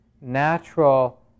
natural